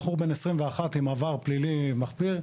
בחור בן 21 עם עבר פלילי מחפיר.